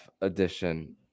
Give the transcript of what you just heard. edition